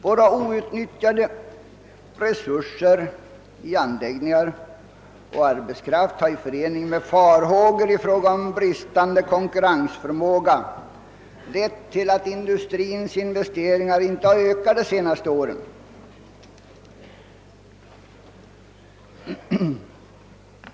Våra outnyttjade resurser i anläggningar och arbetskraft har i förening med farhågor för bristande konkurrensförmåga lett till att industrins investeringar inte har ökat de senaste åren.